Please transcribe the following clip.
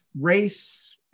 race